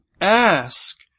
ask